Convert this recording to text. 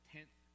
Tenth